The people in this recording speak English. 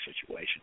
situation